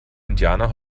indianer